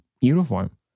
uniform